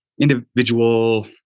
individual